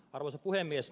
arvoisa puhemies